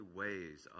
ways